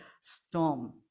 storm